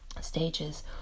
stages